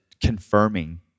confirming